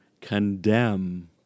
condemn